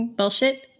Bullshit